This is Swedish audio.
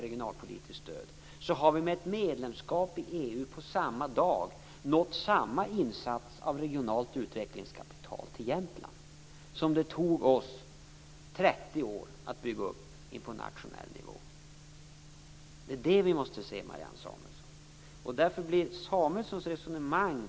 Vi har med ett medlemskap i EU nått samma insats av regionalt utvecklingskapital till Jämtland som det tog oss 30 år att bygga upp på nationell nivå. Det är det vi måste inse, Marianne Samuelsson. Därför bär inte Samuelssons resonemang.